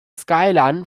skyline